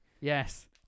Yes